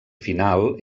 final